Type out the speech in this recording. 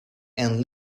and